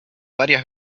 varias